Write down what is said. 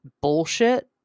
bullshit